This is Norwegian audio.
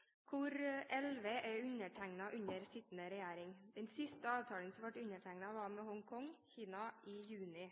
er undertegnet under den sittende regjering. Den siste avtalen som ble undertegnet, var med Hongkong-Kina i juni.